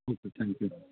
okay thank you